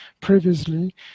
previously